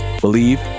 believe